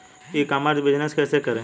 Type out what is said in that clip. ई commerce business कैसे करें?